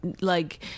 like-